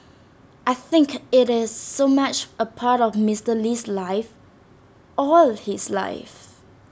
I think IT is so much A part of Mister Lee's life all his life